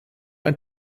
ein